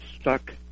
stuck